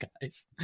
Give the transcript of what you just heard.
guys